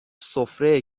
سفره